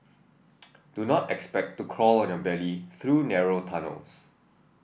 do not expect to crawl on your belly through narrow tunnels